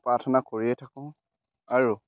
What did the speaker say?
প্ৰাৰ্থনা কৰিয়ে থাকোঁ আৰু